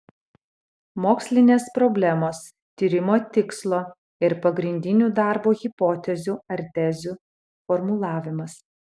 mokslinės problemos tyrimo tikslo ir pagrindinių darbo hipotezių ar tezių formulavimas